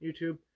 YouTube